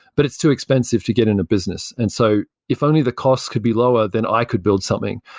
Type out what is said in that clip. but it's too expensive to get in a business. and so if only the cost could be lower, then i could build something.